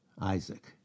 Isaac